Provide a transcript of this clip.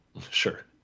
Sure